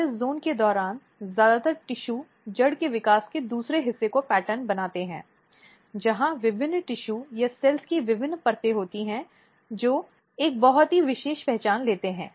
और इस जोन के दौरान ज्यादातर टिशू जड़ में विकास के दूसरे हिस्से को पैटर्न बनाते हैं जहां विभिन्न टिशू या सेल्स की विभिन्न परतें होती हैं जो एक बहुत ही विशेष पहचान लेते हैं